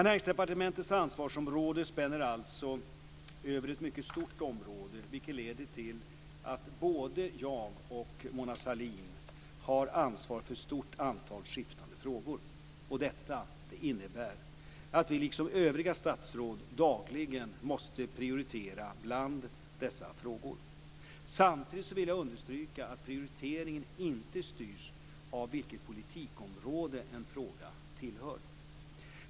Näringsdepartementets ansvarsområde spänner alltså över ett mycket stort område, vilket leder till att både jag och Mona Sahlin har ansvar för ett stort antal skiftande frågor. Detta innebär att vi, liksom övriga statsråd, dagligen måste prioritera bland dessa frågor. Samtidigt vill jag understryka att prioriteringen inte styrs av vilket politikområde en fråga tillhör.